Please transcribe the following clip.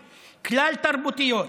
כלל-תרבותיות,